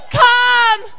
come